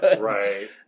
right